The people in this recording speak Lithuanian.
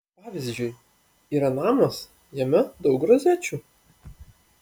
pavyzdžiui yra namas jame daug rozečių